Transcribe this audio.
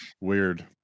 Weird